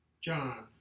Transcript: John